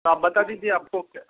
आप बता दीजिए आपको क्या